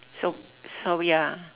sob~ sobri ya